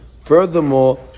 Furthermore